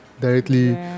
directly